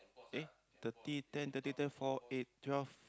eh thirty ten thirty ten four eight twelve